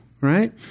right